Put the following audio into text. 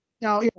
now